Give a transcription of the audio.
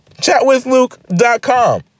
Chatwithluke.com